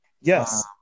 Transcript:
yes